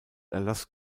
erlass